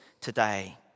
today